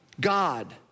God